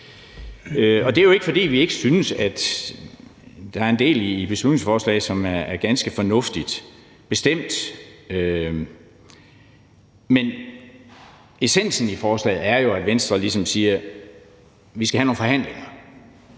Det er jo ikke, fordi vi ikke synes, at der er en del i beslutningsforslaget, som er ganske fornuftigt, det er der bestemt, men essensen i forslaget er jo, at Venstre ligesom siger: Vi skal have nogle forhandlinger,